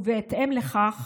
ובהתאם לכך